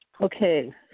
Okay